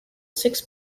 six